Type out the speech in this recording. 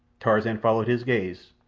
tarzan followed his gaze.